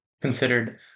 considered